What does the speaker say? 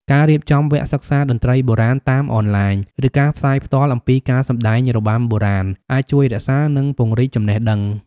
ការរៀបចំវគ្គសិក្សាតន្ត្រីបុរាណតាមអនឡាញ ឬការផ្សាយផ្ទាល់អំពីការសម្ដែងរបាំបុរាណអាចជួយរក្សា និងពង្រីកចំណេះដឹង។